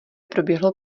proběhlo